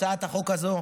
הצעת החוק הזו,